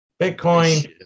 Bitcoin